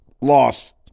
Loss